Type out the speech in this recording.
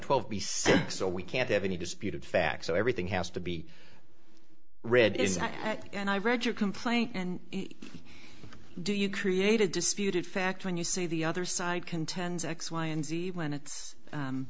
piece so we can't have any disputed facts so everything has to be read is that and i read your complaint and do you create a disputed fact when you say the other side contends x y and z when it's